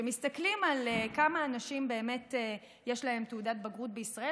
כשמסתכלים לכמה אנשים באמת יש תעודת בגרות בישראל,